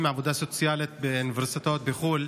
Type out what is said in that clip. עבודה סוציאלית באוניברסיטאות בחו"ל,